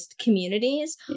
communities